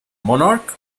monarch